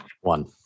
one